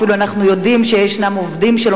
אפילו אנחנו יודעים שישנם עובדים שלא